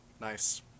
Nice